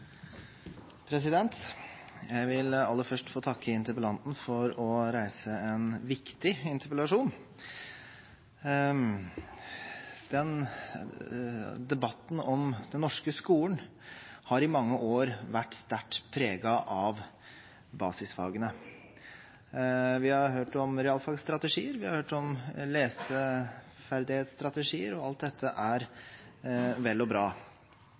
Jeg vil aller først få takke interpellanten for å reise en viktig interpellasjon. Debatten om den norske skolen har i mange år vært sterkt preget av basisfagene. Vi har hørt om realfagsstrategier, og vi har hørt om leseferdighetsstrategier. Alt dette er vel og bra,